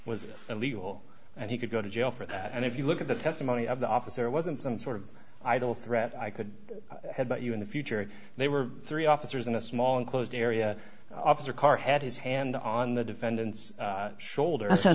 was illegal and he could go to jail for that and if you look at the testimony of the officer it wasn't some sort of idle threat i could have but you in the future and they were three officers in a small enclosed area off their car had his hand on the defendant's shoulder